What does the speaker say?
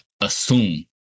assume